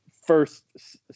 first